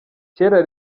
kera